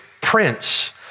prince